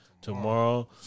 Tomorrow